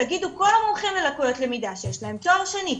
תגידו כל המומחים ללקויות למידה שיש להם תואר שני,